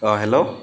hello